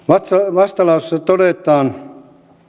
vastalauseessa todetaan